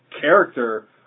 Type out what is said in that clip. character